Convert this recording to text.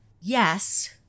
Yes